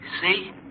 See